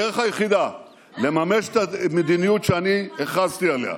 הדרך היחידה לממש את המדיניות שאני הכרזתי עליה,